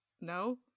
No